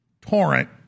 torrent